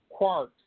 quarks